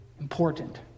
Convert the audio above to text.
important